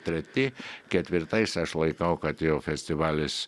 treti ketvirtais aš laikau kad jau festivalis